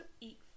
eat